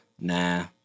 nah